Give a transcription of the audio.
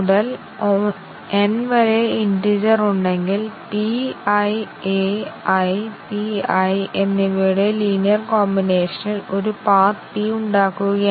അതിനാൽ ഇവിടെ ഞങ്ങൾ വ്യവസ്ഥകളുടെ ചില പ്രധാന കോമ്പിനേഷനുകൾ പരിശോധിക്കുന്നു